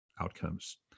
outcomes